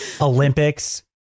Olympics